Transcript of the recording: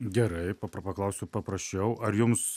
gerai paklausiu paprasčiau ar jums